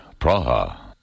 Praha